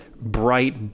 bright